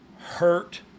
hurt